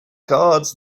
cards